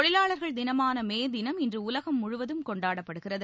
தொழிலாளர்கள் தினமானமேதினம் இன்றுஉலகம் முழுவதும் கொண்டாடப்படுகிறது